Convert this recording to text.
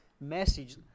message